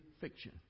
fiction